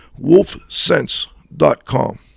wolfsense.com